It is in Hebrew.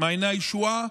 מעייני הישועה